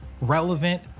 relevant